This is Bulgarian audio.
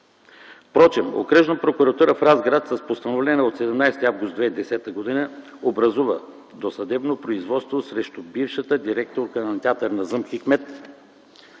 Впрочем Окръжната прокуратура в Разград с Постановление от 17 август 2010 г. образува досъдебно производство срещу бившата директорка на театър „Назъм Хикмет”